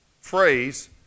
phrase